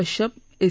Kashyap S